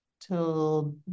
till